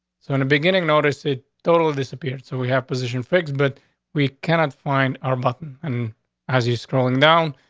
so in the beginning noticed the total disappeared. so we have position fix, but we cannot find our button. and as you're scrolling down,